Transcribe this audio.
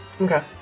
Okay